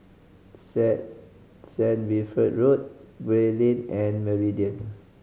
Saint Saint Wilfred Road Gray Lane and Meridian